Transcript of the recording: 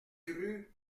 rue